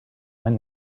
when